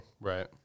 Right